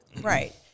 Right